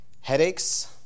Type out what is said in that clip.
headaches